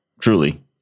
Truly